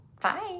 Bye